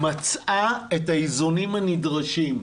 מצאה את האיזונים הנדרשים,